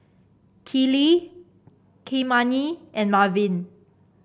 Kiley Kymani and Marvin